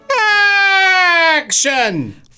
Action